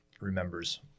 remembers